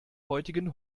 heutigen